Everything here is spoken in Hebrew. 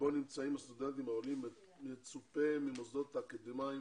שבו נמצאים הסטודנטים העולים מצופה מהמוסדות האקדמאים